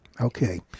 Okay